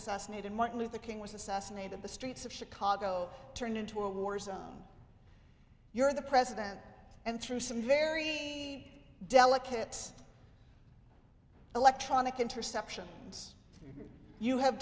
assassinated martin luther king was assassinated in the streets of chicago turned into a war zone you're the president and through some very delicate electronic interception it's you have